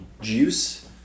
juice